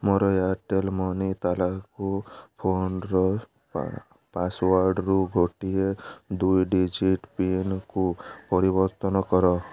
ମୋର ଏୟାର୍ଟେଲ୍ ମନି ତାଲାକୁ ଫୋନ୍ର ପାସୱାର୍ଡ଼୍ ରୁ ଗୋଟିଏ ଦୁଇ ଡିଜିଟ୍ ପିନ୍କୁ ପରିବର୍ତ୍ତନ କର